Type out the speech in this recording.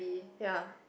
ya